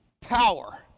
Power